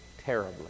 terribly